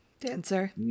Dancer